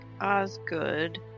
Osgood